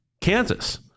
Kansas